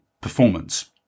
performance